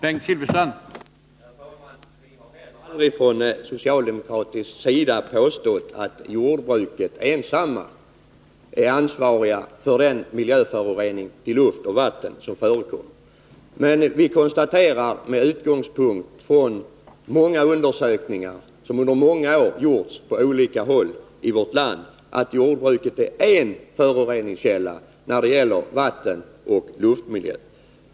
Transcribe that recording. Herr talman! Vi har aldrig från socialdemokratisk sida påstått att jordbruket ensamt är ansvarigt för de miljöföroreningar som förekommer i luft och vatten. Men vi konstaterar med utgångspunkt från undersökningar som gjorts under många år på olika håll i vårt land att jordbruket är en föroreningskälla när det gäller vattenoch luftmiljön.